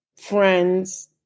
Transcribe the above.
friends